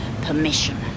permission